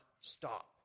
stop